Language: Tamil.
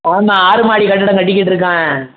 ஆமாம் ஆறு மாடி கட்டிடம் கட்டிக்கிட்டுருக்கோம்